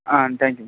ah thank you